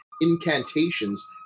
incantations